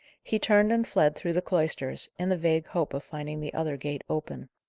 he turned and fled through the cloisters, in the vague hope of finding the other gate open.